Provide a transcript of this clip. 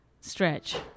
stretch